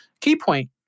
Keypoint